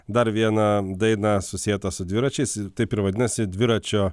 dar vieną dainą susietą su dviračiais taip ir vadinasi dviračio